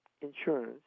insurance